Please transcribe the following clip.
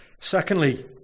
Secondly